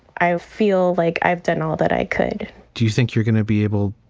i feel like i've done all that i could do you think you're going to be able.